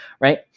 Right